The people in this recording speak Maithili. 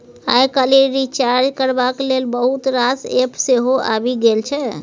आइ काल्हि रिचार्ज करबाक लेल बहुत रास एप्प सेहो आबि गेल छै